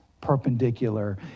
perpendicular